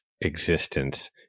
existence